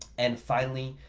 and finally,